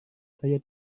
saya